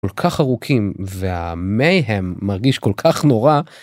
כל כך ארוכים והמהם מרגיש כל כך נורא.